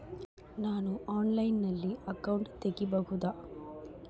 ನಾನು ಆನ್ಲೈನಲ್ಲಿ ಅಕೌಂಟ್ ತೆಗಿಬಹುದಾ?